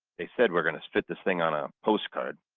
they said we're going to fit this thing on a postcard.